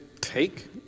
take